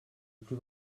plus